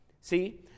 See